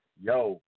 yo